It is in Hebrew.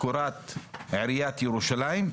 קורת עיריית ירושלים,